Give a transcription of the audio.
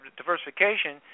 diversification